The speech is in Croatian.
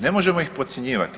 Ne možemo ih podcjenjivati.